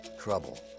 trouble